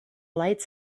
lights